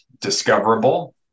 discoverable